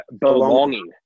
belonging